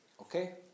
okay